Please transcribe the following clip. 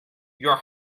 your